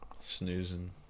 snoozing